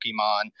Pokemon